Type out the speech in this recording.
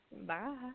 Bye